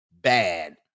bad